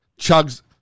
chugs